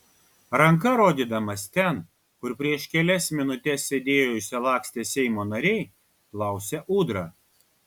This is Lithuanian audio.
ranka rodydamas ten kur prieš kelias minutes sėdėjo išsilakstę seimo nariai klausė ūdra